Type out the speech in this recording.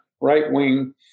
right-wing